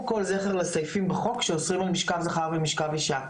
כל זכר לסעיפים בחוק שאוסרים על משכב זכר ומשכב אישה,